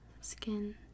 Skin